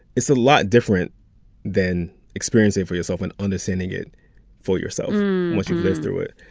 it's a lot different than experiencing for yourself and understanding it for yourself once you've lived through it.